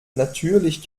natürlich